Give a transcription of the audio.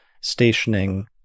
stationing